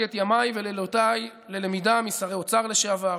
את ימיי ולילותיי ללמידה משרי אוצר לשעבר,